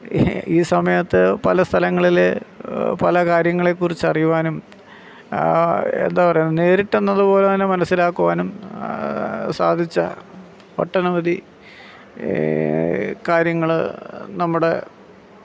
ഈ സമയത്ത് പല സ്ഥലങ്ങളിൽ പല കാര്യങ്ങളെക്കുറിച്ച് അറിയുവാനും എന്താ പറയുക നേരിട്ട് എന്നത് പോലെ തന്നെ മനസ്സിലാക്കുവാനും സാധിച്ച ഒട്ടനവധി കാര്യങ്ങൾ നമ്മുടെ